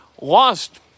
lost